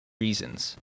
reasons